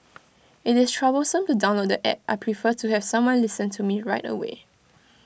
IT is troublesome to download the App I prefer to have someone listen to me right away